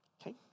Okay